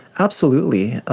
absolutely,